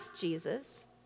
Jesus